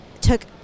took